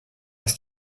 ist